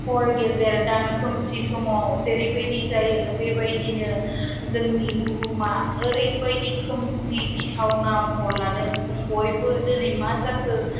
हर गेजेर दानखोमसि समाव जेरैबायदि जायो बेबायदिनो जोंनि बुहुमा ओरैबादि खोमसि गिथावना महर लादों जों बयबो दिनै मा जाखो